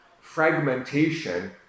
fragmentation